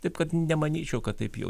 taip kad nemanyčiau kad taip jau